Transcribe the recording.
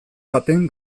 baten